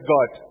God